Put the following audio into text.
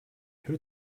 who